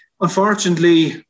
unfortunately